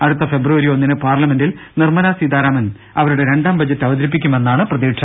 അടുത്ത ഫെബ്രുവരി ഒന്നിന് പാർലമെന്റിൽ നിർമ്മലാ സീതാരാമൻ അവ രുടെ രണ്ടാം ബജറ്റ് അവതരിപ്പിക്കുമെന്നാണ് പ്രതീക്ഷ